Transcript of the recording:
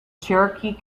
cherokee